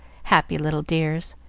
happy little dears!